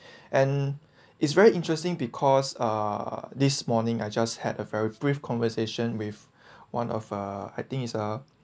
and it's very interesting because uh this morning I just had a very brief conversation with one of uh I think it's ah